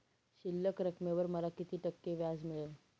शिल्लक रकमेवर मला किती टक्के व्याज मिळेल?